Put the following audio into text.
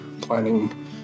planning